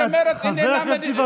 והינה,